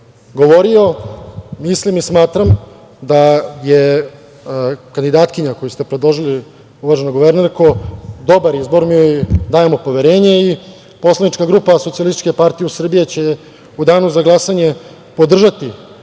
govorio, mislim i smatram da je kandidatkinja koju ste predložili, uvažena guvernerko, dobar izbor i dajemo poverenje i poslanička grupa SPS će u Danu za glasanje podržati